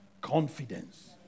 confidence